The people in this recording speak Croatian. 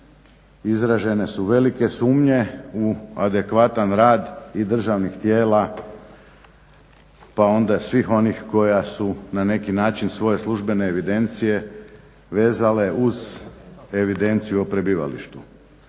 izražene su velike sumnje u adekvatan rad i državnih tijela pa onda svih onih koja su na neki način svoje službene evidencije vezale uz evidenciju o prebivalištu.